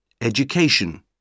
Education